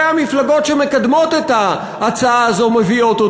המפלגות שמקדמות את ההצעה הזאת מביאות,